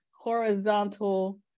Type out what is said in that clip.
horizontal